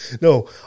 No